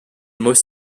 most